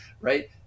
Right